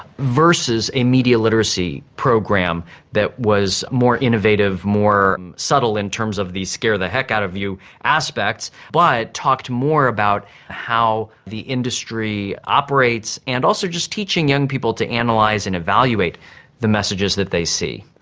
versus a media literacy program that was more innovative, more subtle in terms of the scare the heck out of you aspects, but talked more about how the industry operates and also just teaching young people to and analyse and evaluate the messages that they see.